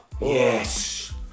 Yes